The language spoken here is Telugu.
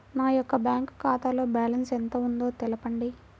నా యొక్క బ్యాంక్ ఖాతాలో బ్యాలెన్స్ ఎంత ఉందో తెలపండి?